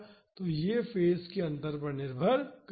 तो यह फेज के अंतर पर निर्भर करेगा